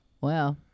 Wow